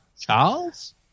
Charles